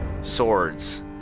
swords